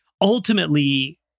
ultimately